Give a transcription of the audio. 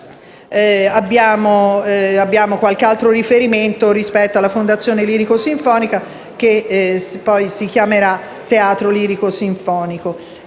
abbiamo qualche altro riferimento rispetto alla fondazione lirico-sinfonica che poi si chiamerà teatro lirico-sinfonico.